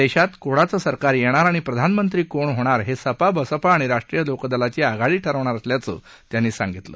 देशात कोणाचं सरकार येणार आणि प्रधानमंत्री कोण होणार हे सपा बसपा आणि राष्ट्रीय लोकदलाची आघाडी ठरवणार असल्याचं त्यांनी सांगितलं